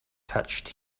touched